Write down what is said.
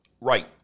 Right